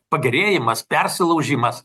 pagerėjimas persilaužimas